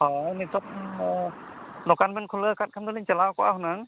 ᱦᱳᱭ ᱱᱤᱛᱚᱜ ᱫᱳᱠᱟᱱ ᱵᱮᱱ ᱠᱷᱩᱞᱟᱹᱣ ᱠᱟᱜ ᱠᱷᱟᱱ ᱫᱚᱞᱤᱧ ᱪᱟᱞᱟᱣ ᱠᱚᱜᱼᱟ ᱦᱩᱱᱟᱹᱝ